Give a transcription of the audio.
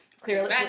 clearly